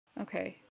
Okay